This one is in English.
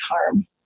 harm